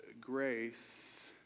grace